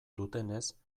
dutenez